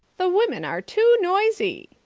the women are too noisy.